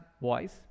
voice